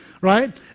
right